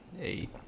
eight